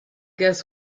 guess